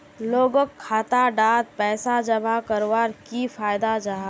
लोगोक खाता डात पैसा जमा कवर की फायदा जाहा?